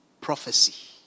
prophecy